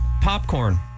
popcorn